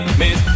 miss